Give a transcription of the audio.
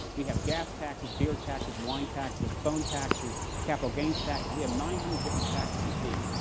we have gas taxes, beer taxes, wine taxes, phone taxes, capital gains taxes. we have nine hundred different taxes and fees.